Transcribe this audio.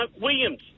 Williams